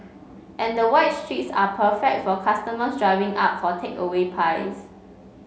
and the wide streets are perfect for customers driving up for takeaway pies